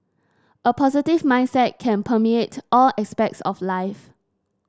a positive mindset can permeate all aspects of life